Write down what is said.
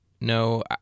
no